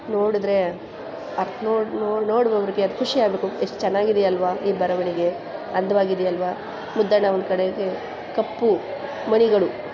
ನೋಡಿದರೆ ಅರ್ ನೋಡು ನೋಡು ನೋಡುವವರಿಗೆ ಅದು ಖುಷಿಯಾಗಬೇಕು ಎಷ್ಟು ಚೆನ್ನಾಗಿದೆ ಅಲ್ವಾ ಈ ಬರವಣಿಗೆ ಅಂದವಾಗಿದೆ ಅಲ್ವಾ ಮುದ್ದಣ್ಣ ಒಂದು ಕಡೆಗೆ ಕಪ್ಪು ಮಣಿಗಳು